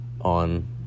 on